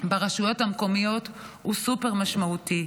ברשויות המקומיות הוא סופר משמעותי.